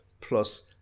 plus